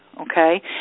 okay